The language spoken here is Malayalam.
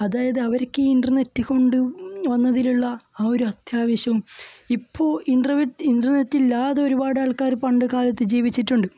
അതായത് അവർക്ക് ഈ ഇൻറ്റർനെറ്റ് കൊണ്ട് വന്നതിലുള്ള ആ ഒരു അത്യാവശ്യം ഇപ്പോൾ ഇൻറ്റർവെറ്റ് ഇൻറ്റർനെറ്റ് ഇല്ലാതെ ഒരുപാട് ആൾക്കാർ പണ്ട് കാലത്ത് ജീവിച്ചിട്ടുണ്ട്